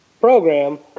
program